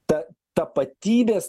ta tapatybės